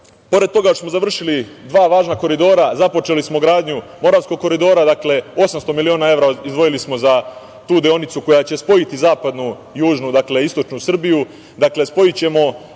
pored toga što smo završili dva važna koridora, započeli smo gradnju Moravskog koridora. Dakle, 800 miliona evra izdvojili smo za tu deonicu koja će spojiti zapadnu, južnu, istočnu Srbiju. Dakle, spojićemo